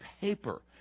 paper